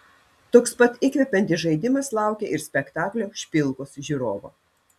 toks pats įkvepiantis žaidimas laukia ir spektaklio špilkos žiūrovo